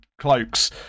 cloaks